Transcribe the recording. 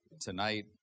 tonight